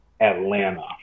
Atlanta